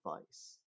advice